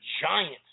giant